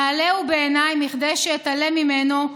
נעלה הוא בעיניי מכדי שאתעלם ממנו,